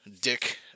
dick